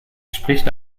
spricht